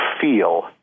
feel